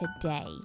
today